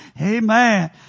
Amen